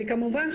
כמובן,